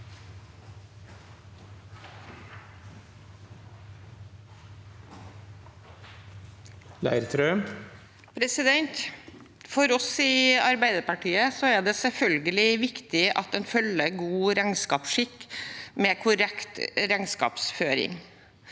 Brug. For oss i Arbeiderpartiet er det selvfølgelig viktig at en følger god regnskapsskikk, med korrekt regnskapsføring.